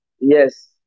yes